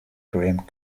graeme